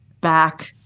back